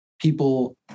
people